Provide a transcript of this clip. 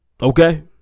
Okay